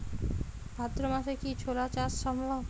ভাদ্র মাসে কি ছোলা চাষ সম্ভব?